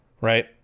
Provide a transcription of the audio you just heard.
right